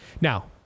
Now